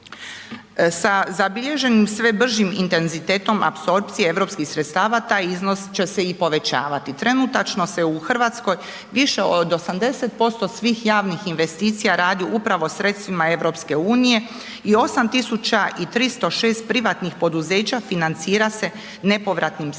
Sa zabilježenim sve bržim intenzitetom apsorpcije europskih sredstava taj iznos će se i povećavati, trenutačno se u RH više od 80% svih javnih investicija radi upravo sredstvima EU i 8306 privatnih poduzeća financira se nepovratnim sredstvima